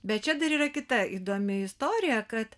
bet čia dar yra kita įdomi istorija kad